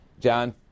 John